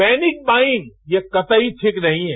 panic buying यह कतई ठीक नहीं है